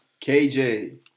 KJ